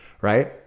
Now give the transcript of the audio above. right